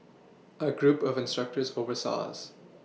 a group of instructors oversaw us